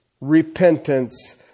Repentance